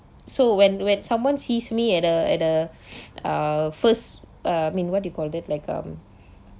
so when when someone sees me at the at the uh first uh I mean what do you call that like um